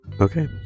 Okay